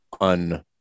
un